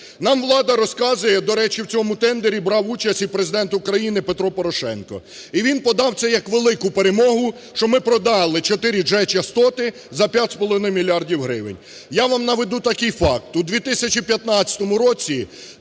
Нам влада розказує, до речі, в цьому тендері брав участь і Президент України Петро Порошенко, і він подав це як велику перемогу, що ми продали 4G частоти за 5,5 мільярдів гривень. Я вам наведу такий факт, у 2015 році